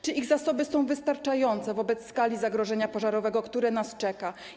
Czy ich zasoby są wystarczające wobec skali zagrożenia pożarowego, które nas czeka?